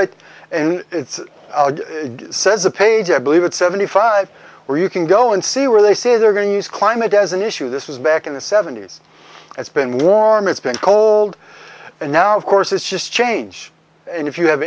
it and it's says a page i believe it's seventy five where you can go and see where they say they're going to use climate as an issue this is back in the seventy's it's been warm it's been cold and now of course it's just change and if you have